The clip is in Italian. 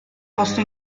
posto